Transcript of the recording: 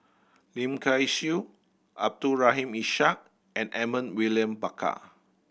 Lim Kay Siu Abdul Rahim Ishak and Edmund William Barker